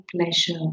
pleasure